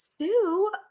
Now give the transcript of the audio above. Sue